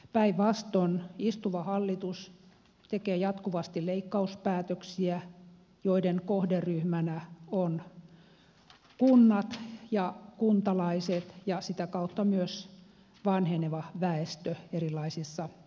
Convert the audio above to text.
päinvastoin istuva hallitus tekee jatkuvasti leikkauspäätöksiä joiden kohderyhmänä ovat kunnat ja kuntalaiset ja sitä kautta myös vanheneva väestö erilaisissa hoitokodeissa